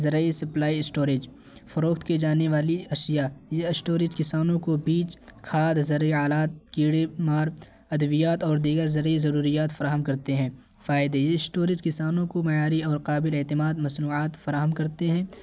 زرعی supply storage فروخت کیے جانے والی اشیا یہ اسٹوریج کسانوں کو بیج کھاد زرعی آلات کیڑے مار ادویات اور دیگر زرعی ضروریات فراہم کرتے ہیں فائدے یہ اسٹوریج کسانوں کو معیاری اور قابل اعتماد مصنوعات فراہم کرتے ہیں